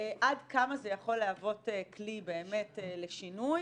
עד כמה זה יכול להוות כלי באמת לשינוי.